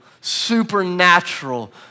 supernatural